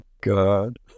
God